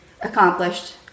accomplished